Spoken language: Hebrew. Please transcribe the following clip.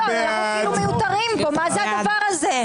מי נגד?